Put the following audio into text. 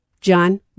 John